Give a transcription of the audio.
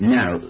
Now